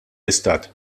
istat